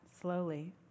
slowly